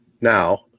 now